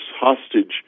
hostage